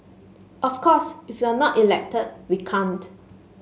of course if we're not elected we can't